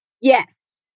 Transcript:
Yes